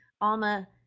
Alma